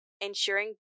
ensuring